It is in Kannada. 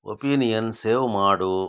ಒಪೀನಿಯನ್ ಸೇವ್ ಮಾಡು